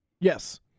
Yes